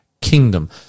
kingdom